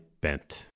bent